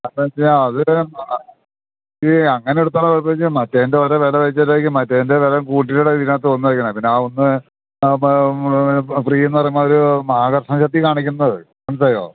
കാരണമെന്നുവച്ചുകഴിഞ്ഞാല് അത് ഏയ് അങ്ങനെടുത്താലുള്ള കുഴപ്പമെന്നുവച്ചാല് മറ്റേതിൻ്റെ ഓരോ വില വച്ച് അതേക്ക് മറ്റെതിൻ്റെ വില കൂട്ടിയിട്ടായിരിക്കും ഇതിനകത്തു വന്നേക്കണേ ആ ഒന്ന് ഫ്രീയെന്നു പറയുമ്പോള് അവര് കാണിക്കുന്നേയുള്ളു മനസ്സിലായോ